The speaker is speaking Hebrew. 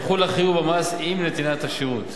יחול החיוב במס עם נתינת השירות,